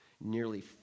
nearly